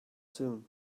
soon